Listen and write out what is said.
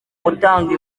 gutanga